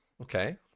okay